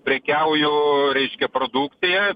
prekiauju reiškia produkcija